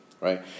right